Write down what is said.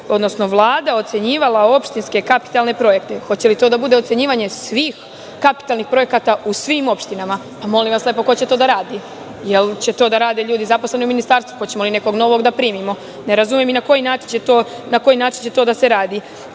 čega bi Vlada ocenjivala opštinske kapitalne projekte. Hoće li to da bude ocenjivanje svih kapitalnih projekata u svim opštinama? Ko će to da radi? Hoće li to da rade ljudi zaposleni u Ministarstvu? Hoćemo li nekog novog da primimo? Ne razumem na koji način će to da se rade. Kaže